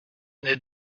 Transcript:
n’est